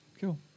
Cool